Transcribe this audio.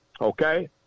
okay